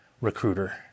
recruiter